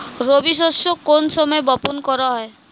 রবি শস্য কোন সময় বপন করা হয়?